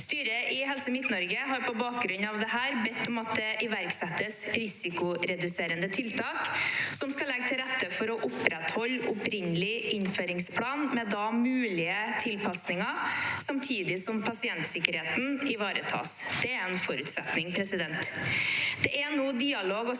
Styret i Helse Midt-Norge har på bakgrunn av dette bedt om at det iverksettes risikoreduserende tiltak som skal legge til rette for å opprettholde opprinnelig innføringsplan med mulige tilpasninger, samtidig som pasientsikkerheten ivaretas – det er en forutsetning. Det